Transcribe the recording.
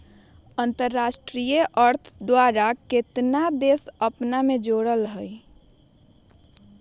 अंतरराष्ट्रीय अर्थ द्वारा कएगो देश अपने में जोरायल हइ